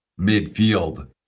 midfield